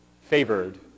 favored